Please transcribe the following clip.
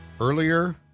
earlier